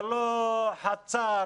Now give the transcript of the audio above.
ללא חצר.